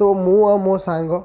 ତ ମୁଁ ଆଉ ମୋ ସାଙ୍ଗ